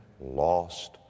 lost